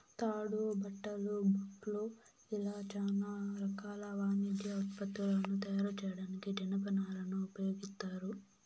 తాడు, బట్టలు, బూట్లు ఇలా చానా రకాల వాణిజ్య ఉత్పత్తులను తయారు చేయడానికి జనపనారను ఉపయోగిత్తారు